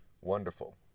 Wonderful